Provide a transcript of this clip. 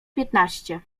piętnaście